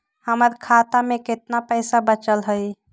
हमर खाता में केतना पैसा बचल हई?